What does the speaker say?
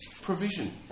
provision